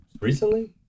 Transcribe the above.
Recently